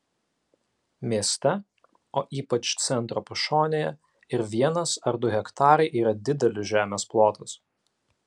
mieste o ypač centro pašonėje ir vienas ar du hektarai yra didelis žemės plotas